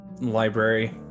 library